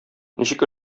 ничек